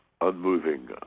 unmoving